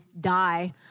die